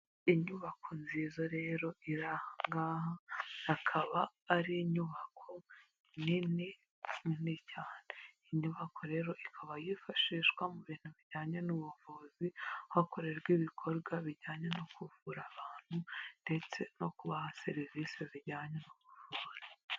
Inyubako nziza rero iri ahangaha, akaba ari inyubako nini, nini cyane, inyubako rero ikaba yifashishwa mu bintu bijyanye n'ubuvuzi, aho hakorerwa ibikorwa bijyanye no kuvura abantu ndetse no kubaha serivisi zijyanye no kuvura.